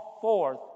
forth